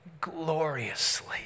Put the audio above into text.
gloriously